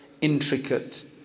intricate